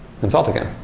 consult again.